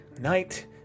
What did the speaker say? night